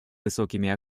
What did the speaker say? высокими